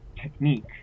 technique